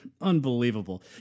Unbelievable